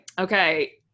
Okay